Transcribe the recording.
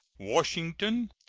washington,